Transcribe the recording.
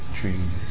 trees